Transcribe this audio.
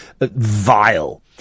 vile